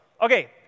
Okay